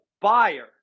buyer